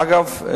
אגב,